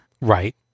Right